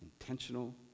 intentional